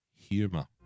humor